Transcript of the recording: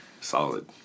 Solid